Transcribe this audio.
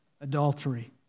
adultery